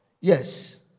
Yes